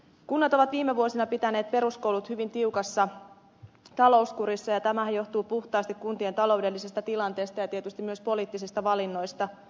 kunnat ovat viime vuosina pitäneet peruskoulut hyvin tiukassa talouskurissa ja tämähän johtuu puhtaasti kuntien taloudellisesta tilanteesta ja tietysti myös poliittisista valinnoista